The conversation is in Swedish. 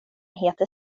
heter